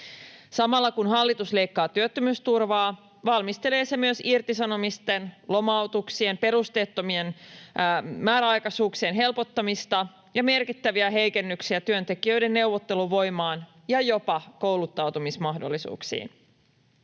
Samalla, kun hallitus leikkaa työttömyysturvaa, valmistelee se myös irtisanomisten, lomautuksien, perusteettomien määräaikaisuuksien helpottamista ja merkittäviä heikennyksiä työntekijöiden neuvotteluvoimaan ja jopa kouluttautumismahdollisuuksiin.